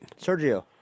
Sergio